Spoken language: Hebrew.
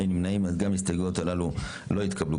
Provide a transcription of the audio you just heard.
הצבעה ההסתייגות לא נתקבלה ההסתייגות לא התקבלה.